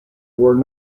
were